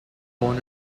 born